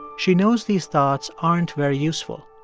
she knows these thoughts aren't very useful.